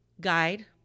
guide